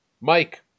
Mike